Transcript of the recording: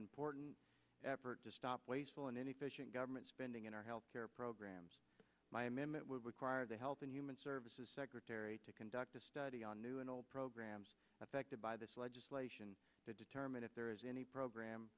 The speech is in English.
important effort to stop wasteful and inefficient government spending in our health care programs my amendment would require the health and human services secretary to conduct a study on new and old programs affected by this legislation to determine if there is any program